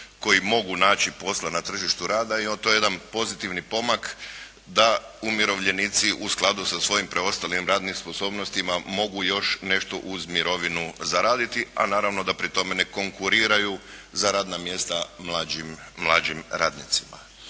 koji mogu naći posla na tržištu rada i to je jedan pozitivni pomak da umirovljenici u skladu sa svojim preostalim radnim sposobnostima mogu još nešto uz mirovinu zaraditi, a naravno da pri tome ne konkuriraju za radna mjesta mlađim radnicima.